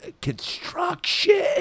Construction